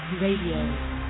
Radio